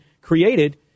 created